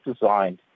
designed